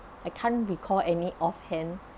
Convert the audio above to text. I can't recall any off hand